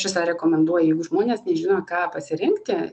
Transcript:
aš visai rekomenduoju jeigu žmonės nežino ką pasirinkti